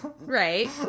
Right